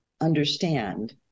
understand